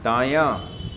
دایاں